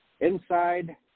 inside